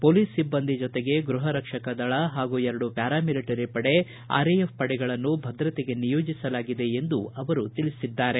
police ಸಿಬ್ಬಂದಿ ಜತೆಗೆ ಗೃಹ ರಕ್ಷಕ ದಳ ಹಾಗೂ ಎರಡು ಪ್ಯಾರಾ ಮಿಲಿಟರಿ ಪಡೆ ಆರ್ಎಎಫ್ ಪಡೆಗಳನ್ನು ಭದ್ರತೆಗೆ ನಿಯೋಜಿಸಲಾಗಿದೆ ಎಂದು ಅವರು ತಿಳಿಸಿದ್ದಾರೆ